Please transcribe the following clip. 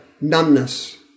numbness